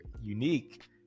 unique